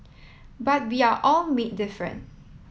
but we are all made different